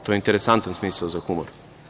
To je interesantan smisao za humor.